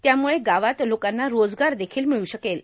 त्यामुळे गावात लोकांना रोजगार देखील मिळू शकेल